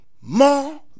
more